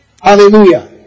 Hallelujah